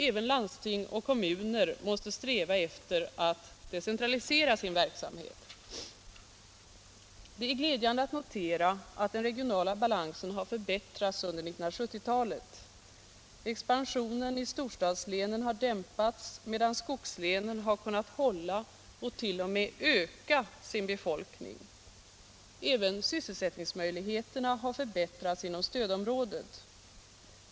Även landsting och kommuner måste sträva efter att decentralisera sin verksamhet. Det är glädjande att notera att den regionala balansen har förbättrats under 1970-talet. Expansionen i storstadslänen har dämpats, medan skogslänen har kunnat hålla och t.o.m. öka sitt befolkningstal. Även sysselsättningsmöjligheterna har förbättrats inom stödområdet.